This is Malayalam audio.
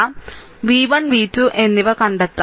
v 1 v 2 എന്നിവ കണ്ടെത്താം